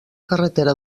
carretera